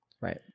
Right